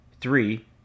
three